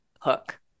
hook